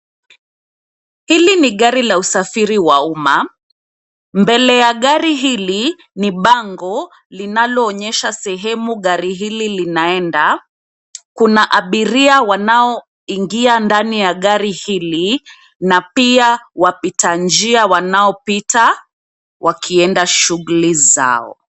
Hili ni gari la usafiri wa umma. Mbele ya gari hili, ni bango linalo onyesha sehemu gari hili linaenda. Kuna abiri wanaoingia ndani ya gari hili na pia wapita njia wanaopita wakienda shughuli zao.